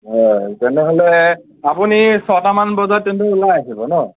হয় তেনেহ'লে আপুনি ছয়টা মান বজাত তেন্তে ওলাই আহিব ন